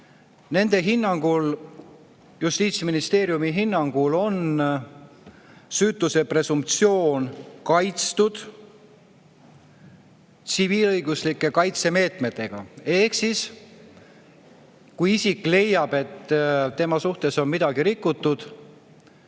Nende hinnangul, Justiitsministeeriumi hinnangul on süütuse presumptsioon kaitstud tsiviilõiguslike kaitsemeetmetega. Ehk kui isik leiab, et tema suhtes on midagi rikutud,